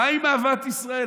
מה עם אהבת ישראל?